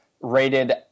rated